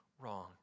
wrong